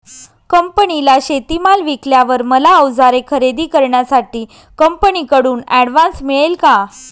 कंपनीला शेतीमाल विकल्यावर मला औजारे खरेदी करण्यासाठी कंपनीकडून ऍडव्हान्स मिळेल का?